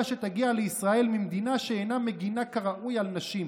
שתגיע לישראל ממדינה שאינה מגינה כראוי על נשים,